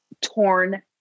torn